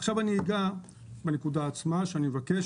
עכשיו אני אגע בנקודה עצמה ואני מבקש